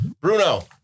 bruno